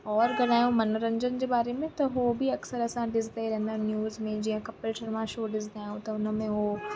और ॻाल्हियूं मनोरंजनु जे बारे में त हो बि अक्सरु असां ॾिसंदा ई रहंदा आहियूं न्यूज़ में जीअं कपिल शर्मा शो ॾिसदा आहियूं त हुनमें हो